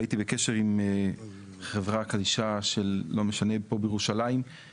הייתי בקשר עם חברת קדישא של לא משנה פה בירושלים,